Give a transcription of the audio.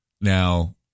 Now